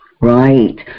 right